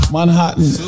Manhattan